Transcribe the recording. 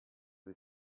his